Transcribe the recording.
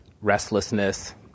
restlessness